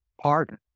pardon